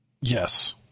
Yes